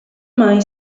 mai